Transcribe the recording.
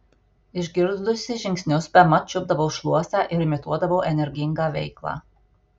išgirdusi žingsnius bemat čiupdavau šluostę ir imituodavau energingą veiklą